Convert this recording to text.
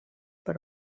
per